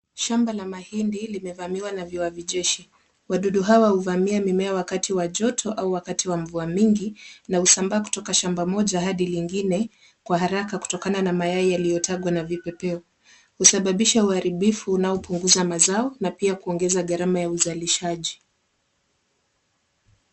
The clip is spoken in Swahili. Shamba la mahindi limevamiwa na viwavijeshi. Wadudu hawa huvamia mimea wakati wa joto au wakati wa mvua mingi na husambaa kutoka shamba moja hadi lingine kwa haraka kutokana na mayai yaliyotagwa na vipepeo. Husababisha uharibifu unaopunguza mazao na pia kuongeza gharama ya uzalishaji.